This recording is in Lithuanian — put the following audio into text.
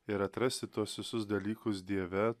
ir atrasti tuos visus dalykus dieve